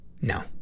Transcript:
no